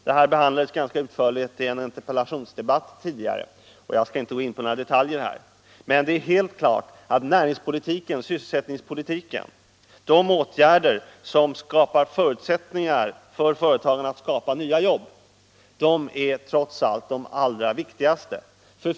Det här har behandiats ganska utförligt i en interpellationsdebatt tidigare, och jag skall inte gå in på några detaljer. Men det är helt klart att näringspolitiken, sysselsättningspolitiken, de åtgärder som ger företagen förutsättningar att skapa nya jobb, trots allt är det allra viktigaste.